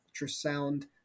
ultrasound